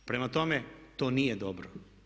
Prema tome, to nije dobro.